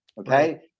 Okay